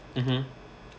mmhmm